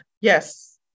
Yes